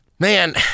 Man